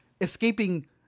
escaping